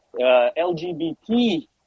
LGBT